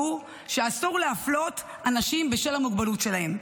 והוא שאסור להפלות אנשים בשל המוגבלות שלהם.